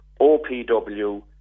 OPW